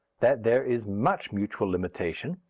that there is much mutual limitation,